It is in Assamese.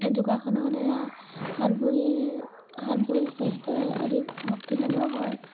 যোগাসনৰদ্বাৰা হাত ভৰিৰ হাত ভৰিৰ স্বাস্থ্যৰ অধিক শক্তিশালীও হয়